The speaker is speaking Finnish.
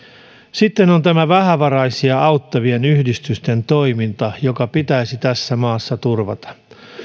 sitten on tämä vähävaraisia auttavien yhdistysten toiminta joka pitäisi tässä maassa turvata